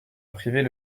priver